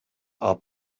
are